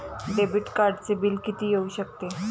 Debit कार्डचे bill किती येऊ शकते?